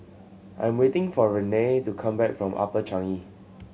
I am waiting for Renea to come back from Upper Changi